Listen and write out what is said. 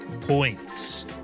points